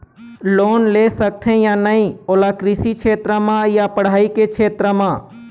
Loan ले सकथे या नहीं ओला कृषि क्षेत्र मा या पढ़ई के क्षेत्र मा?